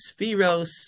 spheros